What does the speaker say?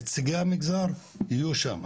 נציגי המגזר יהיו שם.